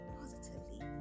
positively